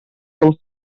del